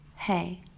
hey